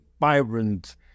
vibrant